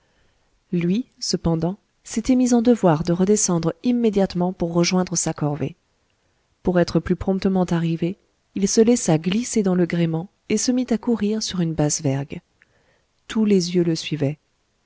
lui cependant s'était mis en devoir de redescendre immédiatement pour rejoindre sa corvée pour être plus promptement arrivé il se laissa glisser dans le gréement et se mit à courir sur une basse vergue tous les yeux le suivaient